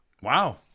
Wow